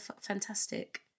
Fantastic